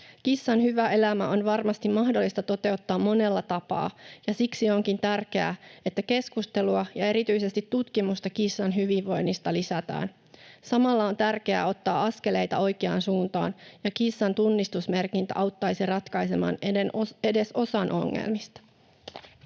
Kissan hyvä elämä on varmasti mahdollista toteuttaa monella tapaa, ja siksi onkin tärkeää, että keskustelua ja erityisesti tutkimusta kissan hyvinvoinnista lisätään. Samalla on tärkeää ottaa askeleita oikeaan suuntaan, ja kissan tunnistusmerkintä auttaisi ratkaisemaan edes osan ongelmista.